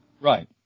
Right